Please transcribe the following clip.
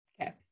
okay